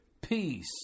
peace